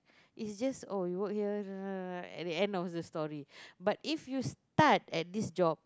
is just oh you work here da da da da at the end of the story but if you start at this job